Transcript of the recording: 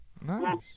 Nice